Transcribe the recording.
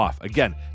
Again